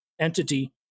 entity